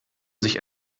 sich